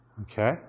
okay